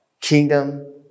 kingdom